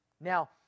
Now